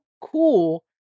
cool